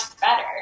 better